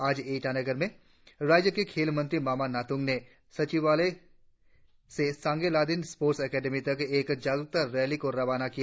आज ईटानगर में राज्य के खेल मंत्री मामा नातूंग ने सचिवालय से सांगे लाडेन स्पोर्ट अकादमी तक एक जागरुकता रैली को रवावा किया